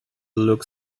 look